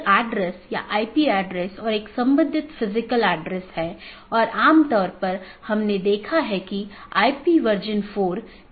interior gateway protocol में router को एक ऑटॉनमस सिस्टम के भीतर जानकारी का आदान प्रदान करने की अनुमति होती है